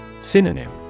Synonym